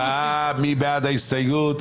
נצביע על הסתייגות